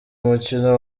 umukino